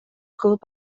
кылып